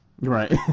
Right